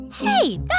Hey